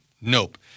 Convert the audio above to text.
nope